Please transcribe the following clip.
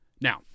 Now